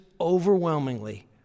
overwhelmingly